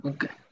Okay